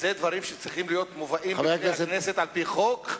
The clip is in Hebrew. אלה דברים שצריכים להיות מובאים בפני הכנסת על-פי חוק,